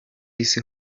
isi